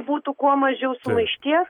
būtų kuo mažiau sumaišties